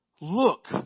Look